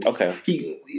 Okay